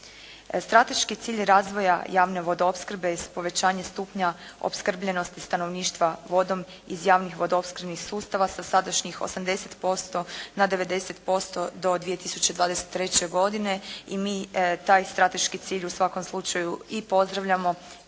Strateški cilj razvoja javne vodoopskrbe i povećanje stupnja opskrbljenosti stanovništva vodom iz javnih vodoopskrbnih sustava sa sadašnjih 80% na 90% do 2023. godine i mi taj strateški cilj u svakom slučaju i pozdravljamo